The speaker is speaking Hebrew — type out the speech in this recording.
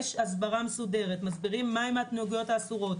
יש הסברה מסודרת מסבירים מה ההתנהגויות האסורות,